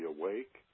awake